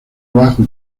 bajo